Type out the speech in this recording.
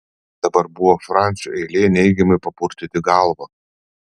dabar buvo francio eilė neigiamai papurtyti galvą